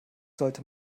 sollte